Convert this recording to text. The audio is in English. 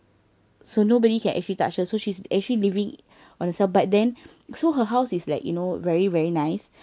so nobody can actually touch her so she's actually living on her self but then so her house is like you know very very nice